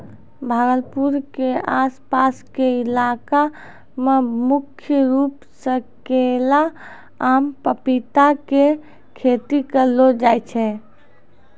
भागलपुर के आस पास के इलाका मॅ मुख्य रूप सॅ केला, आम, पपीता के खेती करलो जाय छै